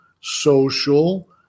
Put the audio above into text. social